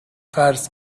قرض